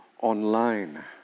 online